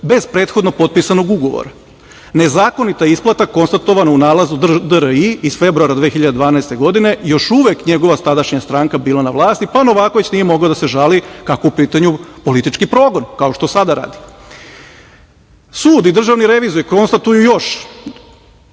bez prethodno potpisanog ugovora. Nezakonita isplata konstatovana u nalazu DRI iz februara 2012. godine, još uvek njegova tadašnja stranka je bila na vlasti, pa Novaković nije mogao da se žali, kako je u pitanju politički progon, kao što sada radi. Sud i državni revizor konstatuju još